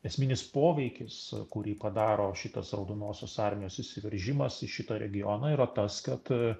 esminis poveikis kurį padaro šitas raudonosios armijos įsiveržimas į šitą regioną yra tas kad